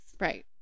Right